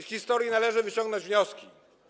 Z historii należy wyciągnąć wnioski.